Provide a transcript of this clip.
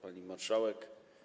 Pani Marszałek!